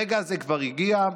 הרגע הזה כבר הגיע.